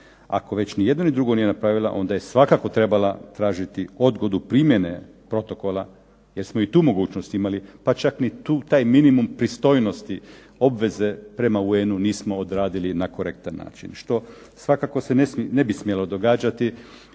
Ako već nijedno ni drugo nije napravila, onda je svakako trebala tražiti odgodu primjene protokola jer smo i tu mogućnosti imali. Pa čak taj minimum pristojnosti obveze prema UN-u nismo odradili na korektan način. Što se svakako ne bi smjelo događati.